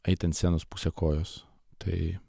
eiti ant scenos puse kojos tai